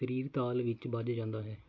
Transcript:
ਅਤੇ ਸਰੀਰ ਤਾਲ ਵਿੱਚ ਬੱਝ ਜਾਂਦਾ ਹੈ